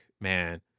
man